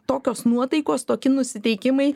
tokios nuotaikos toki nusiteikimai